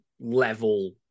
level